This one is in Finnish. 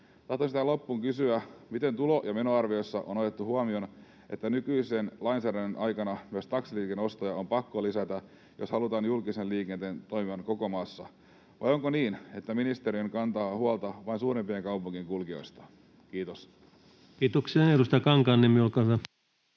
Tahtoisin tähän loppuun kysyä, miten tulo- ja menoarviossa on otettu huomioon, että nykyisen lainsäädännön aikana myös taksiliikenneostoja on pakko lisätä, jos halutaan julkisen liikenteen toimivan koko maassa, vai onko niin, että ministeriö kantaa huolta vain suurimpien kaupunkien kulkijoista? — Kiitos. [Speech 373] Speaker: